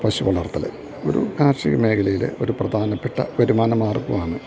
പശു വളർത്തൽ ഒരു കാർഷിക മേഖലയിൽ ഒരു പ്രധാനപ്പെട്ട വരുമാന മാർഗ്ഗവാണ്